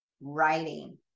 writing